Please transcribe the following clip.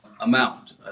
amount